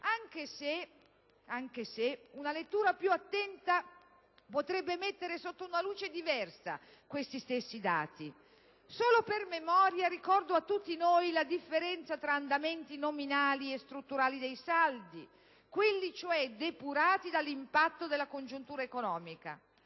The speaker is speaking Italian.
anche se una lettura più attenta potrebbe mettere sotto una luce diversa questi stessi dati. Solo per memoria, ricordo a tutti noi la differenza tra andamenti nominali e strutturali dei saldi, quelli cioè depurati dall'impatto della congiuntura economica